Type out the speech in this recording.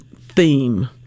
theme